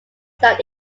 that